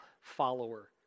follower